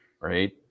right